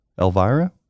Elvira